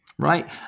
right